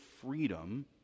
freedom